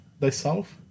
thyself